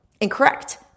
incorrect